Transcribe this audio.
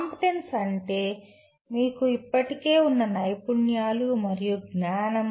competence అంటే మీకు ఇప్పటికే ఉన్న నైపుణ్యాలు మరియు జ్ఞానం